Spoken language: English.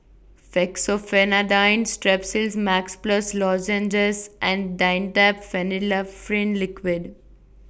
Fexofenadine Strepsils Max Plus Lozenges and Dimetapp Phenylephrine Liquid